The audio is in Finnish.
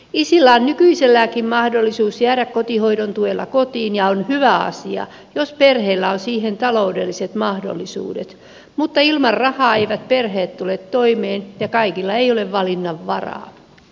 isillä on nykyiselläänkin mahdollisuus jäädä kotihoidon tuella kotiin ja on hyvä asia jos perheellä on siihen taloudelliset mahdollisuudet mutta ilman rahaa eivät perheet tule toimeen ja kaikilla ei ole valinnanvaraa